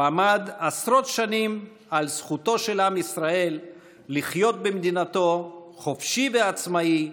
הוא עמד עשרות שנים על זכותו של עם ישראל לחיות במדינתו חופשי ועצמאי,